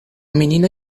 menina